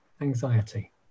anxiety